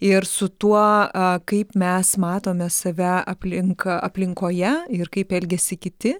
ir su tuo kaip mes matome save aplinka aplinkoje ir kaip elgiasi kiti